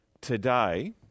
today